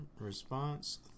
response